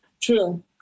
True